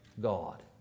God